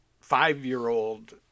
five-year-old